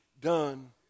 done